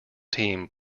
team